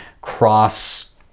cross